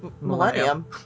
Millennium